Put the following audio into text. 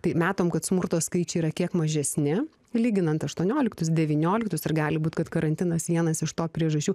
tai matom kad smurto skaičiai yra kiek mažesni lyginant aštuonioliktus devynioliktus ir gali būt kad karantinas vienas iš to priežasčių